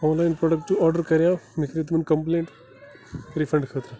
آن line product order کَریو مےٚ کَرے تِمَن کَمپٕلینٛٹ رِفنٛڈ خٲطرٕ